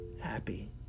happy